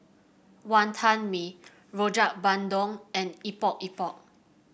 Wonton Mee Rojak Bandung and Epok Epok